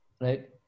right